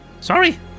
Sorry